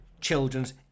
children's